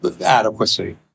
adequacy